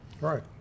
right